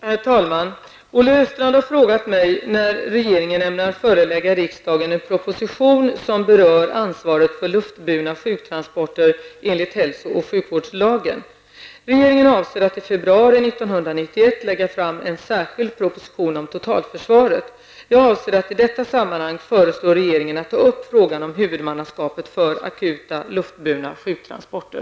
Herr talman! Olle Östrand har frågat mig när regeringen ämnar förelägga riksdagen en proposition som berör ansvaret för luftburna sjuktransporter enligt hälso och sjukvårdslagen Regeringen avser att i februari 1991 lägga fram en särskild proposition om totalförsvaret. Jag avser att i detta sammanhang föreslå regeringen att ta upp frågan om huvudmannaskapet för akuta luftburna sjuktransporter.